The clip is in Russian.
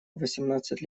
восемнадцать